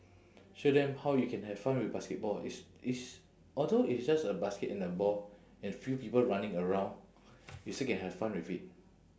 show them how you can have fun with basketball it's it's although it's just a basket and a ball and few people running around you still can have fun with it